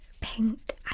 paint